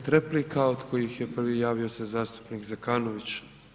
10 replika od kojih je prvi javio se zastupnik Zekaković.